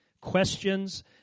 questions